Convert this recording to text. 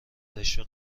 رشوه